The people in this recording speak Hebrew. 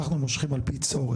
אנחנו מושכים על פי צורך.